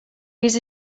use